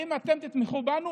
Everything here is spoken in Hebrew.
האם אתם תתמכו בנו?